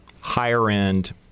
higher-end